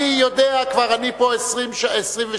אני יודע, אני פה כבר 22 שנה,